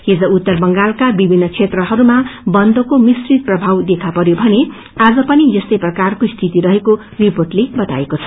हिज उत्तर बंगालका विभिन्न क्षेत्रहरूमा बन्दको मिश्रित प्रभाव देखा परयो भने आज पनि यसस्तै प्राकारको स्थिति रहेको रिपोेटले बताएको छ